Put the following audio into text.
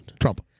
Trump